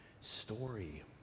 story